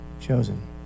chosen